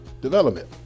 development